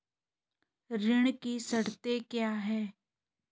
ऋण की शर्तें क्या हैं?